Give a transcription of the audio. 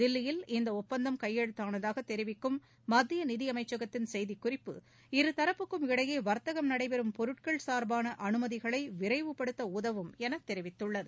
தில்லியில் இந்த ஒப்பந்தம் கையெழுத்தானதாக தெரிவிக்கும் மத்திய நிதியமைச்சகத்தின் செய்திக்குறிப்பு இருதரப்புக்கும் இடையே வர்த்தகம் நடைபெறும் பொருட்கள் சார்பான அனுமதிகளை விரைவுப்படுத்த உதவும் என தெரிவித்துள்ளது